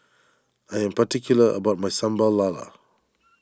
I am particular about my Sambal Lala